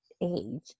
age